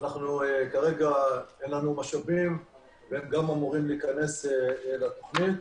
שכרגע אין לנו משאבים והיא גם אמורה להיכנס לתוכנית.